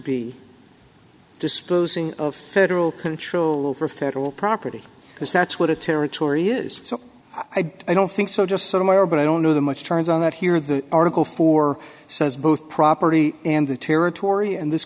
be disposing of federal control over federal property because that's where the territory is so i don't think so just sort of mayor but i don't know the much turns on that here the article four says both property and the territory and this